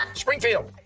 springfield.